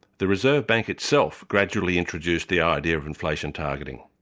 the reserve bank itself gradually introduced the idea of inflation targeting.